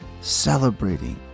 celebrating